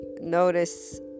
notice